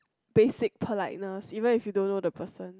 basic politeness even if you don't know the person